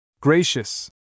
Gracious